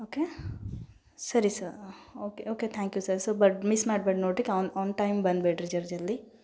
okay ಸರಿ sir okay okay thank you sir so but miss ಮಾಡ್ಬ್ಯಾಡಿ ನೋಡ್ರಿ ಕಾನ್ ಆನ್ ಟೈಮ್ ಬಂದ್ ಬಿಡ್ರಿ ಜಲ್ ಜಲ್ದಿ